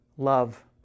love